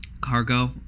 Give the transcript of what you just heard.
cargo